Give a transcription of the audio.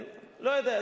לא יודע,